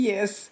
Yes